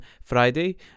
Friday